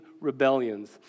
rebellions